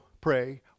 pray